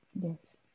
yes